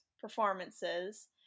performances